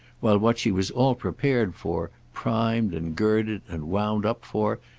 while what she was all prepared for, primed and girded and wound up for,